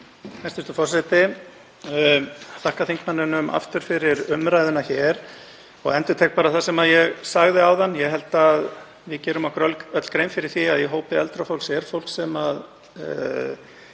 Hæstv. forseti. Ég þakka þingmanninum aftur fyrir umræðuna hér og endurtek bara það sem ég sagði áðan. Ég held að við gerum okkur öll grein fyrir því að í hópi eldra fólks er fólk sem er